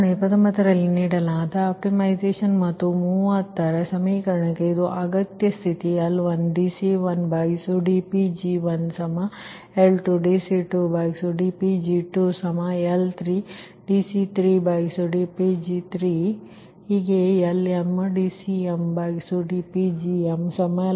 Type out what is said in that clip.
29 ರಲ್ಲಿ ನೀಡಲಾದ ಆಪ್ಟಿಮೈಸೇಶನ್ ಮತ್ತು 30ರ ಸಮೀಕರಣಕ್ಕೆ ಇದು ಅಗತ್ಯ ಸ್ಥಿತಿ L1dC1dPg1L2dC2dPg2L3dC3dPg3LmdCmdPgmλ ಇದು ಸಮೀಕರಣ 34 ಆದರೆ L11